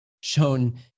shown